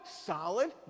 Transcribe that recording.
solid